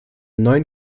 neuen